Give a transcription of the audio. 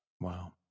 Wow